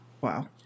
Wow